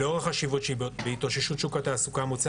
לאור החשיבות של התאוששות שוק התעסוקה מוצע